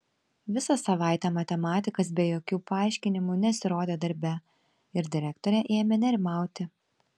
visą savaitę matematikas be jokių paaiškinimų nesirodė darbe ir direktorė ėmė nerimauti